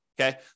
okay